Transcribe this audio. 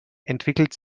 entwickelt